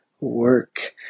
work